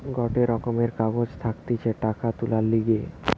গটে রকমের কাগজ থাকতিছে টাকা তুলার লিগে